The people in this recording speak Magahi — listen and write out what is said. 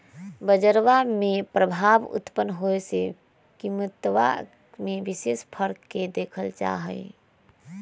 बजरवा में प्रभाव उत्पन्न होवे से कीमतवा में विशेष फर्क के देखल जाहई